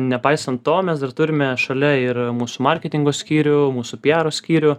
nepaisant to mes dar turime šalia ir mūsų marketingo skyrių mūsų pjaro skyrių